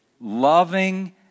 Loving